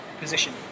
position